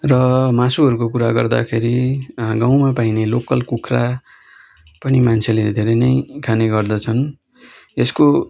र मासुहरूको कुरा गर्दाखेरि गाउँमा पाइने लोकल कुखुरा पनि मान्छेले धेरै नै खाने गर्दछन् यसको